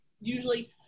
usually